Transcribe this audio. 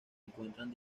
encuentran